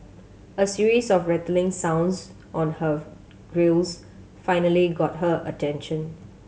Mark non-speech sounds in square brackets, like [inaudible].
a series of rattling sounds on her [unintelligible] grilles finally got her attention